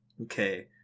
Okay